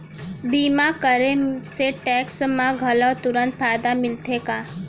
बीमा करे से टेक्स मा घलव तुरंत फायदा मिलथे का?